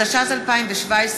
התשע"ז 2017,